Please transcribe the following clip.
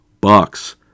Bucks